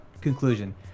conclusion